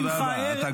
תודה רבה.